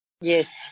Yes